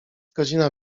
godzina